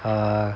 err